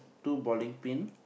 two bowling pin